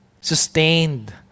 sustained